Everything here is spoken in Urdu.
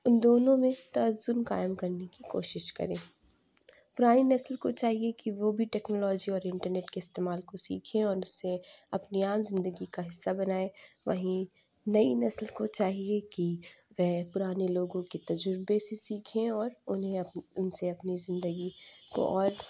ان دونوں میں توازن قائم کرنے کی کوشش کریں پرانی نسل کو چاہیے کہ وہ بھی ٹیکنالوجی اور انٹرنیٹ کے استعمال کو سیکھیں اور اس سے اپنی عام زندگی کا حصہ بنائیں وہیں نئی نسل کو چاہیے کہ وہ پرانے لوگوں کے تجربے سے سیکھیں اور انہیں اپ ان سے اپنی زندگی کو اور